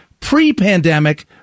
pre-pandemic